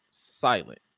silent